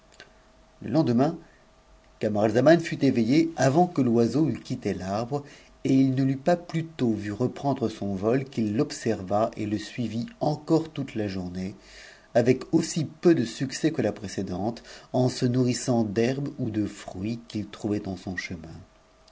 le lendemain camaratzaman fut éveillé avant que l'oiseau eût onjn l'arbre et il ne l'eut pas plutôt vu reprendre son vol qu'il t'ohsen et le suivit encore toute la journée avec aussi peu de succès ne h précédente en se nourrissant d'herbes ou de fruits qu'il trouvait en s chemin